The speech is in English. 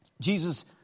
Jesus